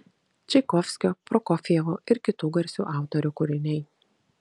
čaikovskio prokofjevo ir kitų garsių autorių kūriniai